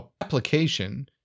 application